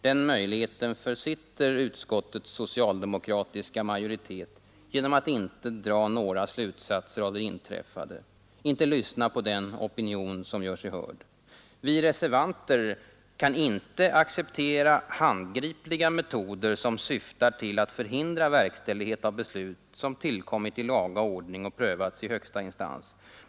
Den möjligheten försitter utskottets socialdemokratiska majoritet genom att inte dra några slutsatser av det inträffade, inte lyssna på den opinion som gör sig hörd. Vi reservanter kan inte acceptera handgripliga metoder som syftar till att förhindra verkställighet av beslut som tillkommit i laga ordning och prövats i högsta instans.